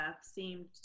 seemed